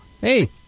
Hey